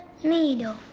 needle